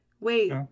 wait